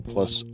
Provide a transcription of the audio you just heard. Plus